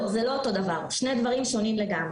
לא, זה לא אותו הדבר, זה שני דברים שונים לגמרי.